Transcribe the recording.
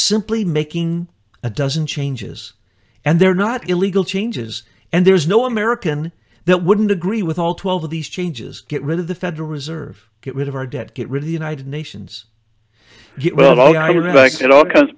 simply making a dozen changes and they're not illegal changes and there's no american that wouldn't agree with all twelve of these changes get rid of the federal reserve get rid of our debt get rid of united nations well i remember it all comes